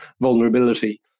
vulnerability